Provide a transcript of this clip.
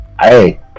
Hey